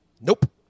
Nope